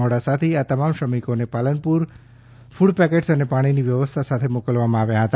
મોડાસાથી આ તમામ શ્રમિકોને પાલનપુર કુડ પેકેટ અને પાણીની વ્યવસ્થા સાથે મોકલવામાં આવ્યા છે